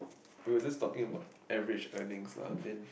we're just talking about average earnings lah then